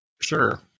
Sure